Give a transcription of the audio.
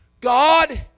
God